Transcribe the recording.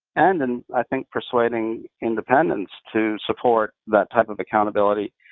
and in i think persuading independents to support that type of accountability,